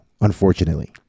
unfortunately